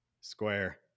square